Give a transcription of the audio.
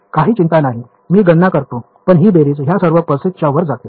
काही चिंता नाही मी गणना करतो पण हि बेरीज ह्या सर्व पल्सेस च्या वर जाते